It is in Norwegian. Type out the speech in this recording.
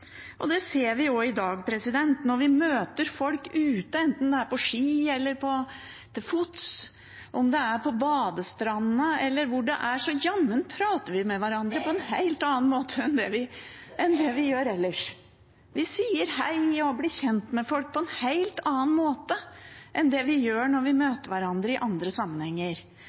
Det ser vi også i dag når vi møter folk ute, enten det er på ski eller til fots, om det er på badestranda eller hvor det er, så jammen prater vi med hverandre på en helt annen måte enn det vi gjør ellers. Vi sier hei og blir kjent med folk på en helt annen måte enn når vi møter hverandre i andre sammenhenger.